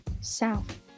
south